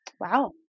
Wow